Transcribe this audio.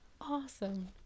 awesome